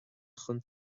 chun